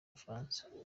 bufaransa